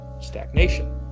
Stagnation